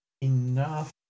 enough